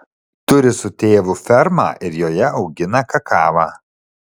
turi su tėvu fermą ir joje augina kakavą